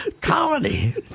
Colony